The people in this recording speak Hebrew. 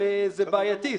וזה בעייתי.